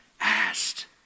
asked